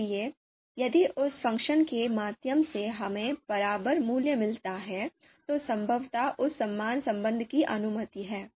इसलिए यदि उस फ़ंक्शन के माध्यम से हमें बराबर मूल्य मिलता है तो संभवतः उस समान संबंध की अनुमति है